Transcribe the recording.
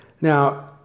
Now